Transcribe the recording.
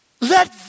Let